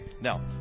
Now